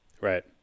right